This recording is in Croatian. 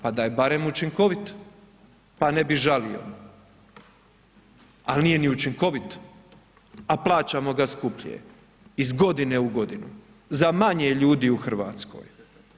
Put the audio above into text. Pa da je barem učinkovit pa ne bi žalio, ali nije ni učinkovit, a plaćamo ga skuplje iz godine u godinu za manje ljudi u Hrvatskoj.